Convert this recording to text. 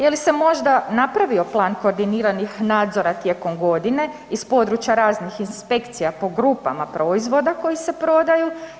Je li se možda napravio plan koordiniranih nadzora tijekom godine iz područja raznih inspekcija po grupama proizvoda koji se prodaju?